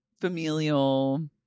familial